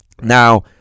Now